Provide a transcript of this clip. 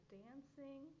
dancing